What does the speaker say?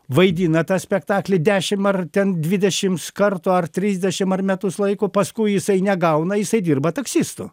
vaidina tą spektaklį dešim ar ten dvidešims kartų ar trisdešim ar metus laiko paskui jisai negauna jisai dirba taksistu